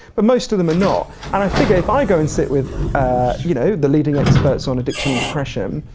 but most of them are not, and i think if i go and sit with ah you know the leading experts on addiction and depression,